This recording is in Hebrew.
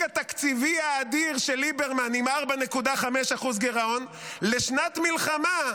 התקציבי האדיר של ליברמן עם 4.5% גירעון לשנת מלחמה,